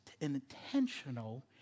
intentional